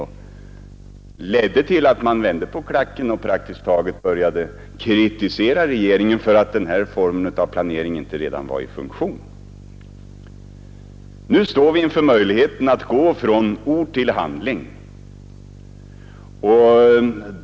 Det ledde till att man vände på klacken och började kritisera regeringen för att planeringen inte redan var i funktion. Nu står vi inför möjligheten att gå från ord till handling.